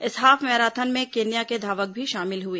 इस half marathon में Kenya के धावक भी शामिल हुए